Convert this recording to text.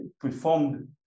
performed